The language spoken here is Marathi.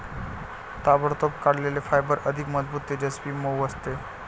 ताबडतोब काढलेले फायबर अधिक मजबूत, तेजस्वी, मऊ असते